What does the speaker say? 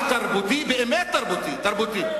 באמת תרבותי.